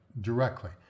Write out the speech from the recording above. directly